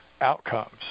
outcomes